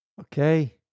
Okay